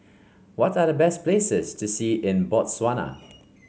what are the best places to see in Botswana